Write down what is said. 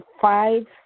five